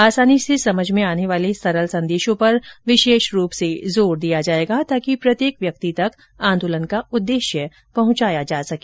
आसानी से समझ में आने वाले सरल संदेशों पर विशेष रूप से जोर दिया जाएगा ताकि प्रत्येक व्यक्ति तक आंदोलन का उद्देश्य पहुंच सके